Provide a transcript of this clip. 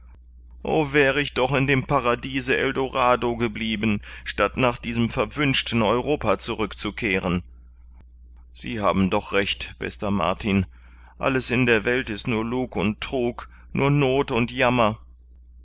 o wär ich doch in dem paradiese eldorado geblieben statt nach diesem verwünschten europa zurückzukehren sie haben doch recht bester mar tin alles in der welt ist nur lug und trug nur noth und jammer